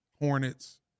Hornets